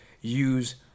use